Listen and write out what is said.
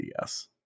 yes